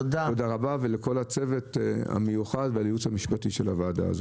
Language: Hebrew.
תודה רבה ולכל הצוות של הוועדה ולייעוץ המשפטי של הוועדה.